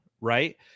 right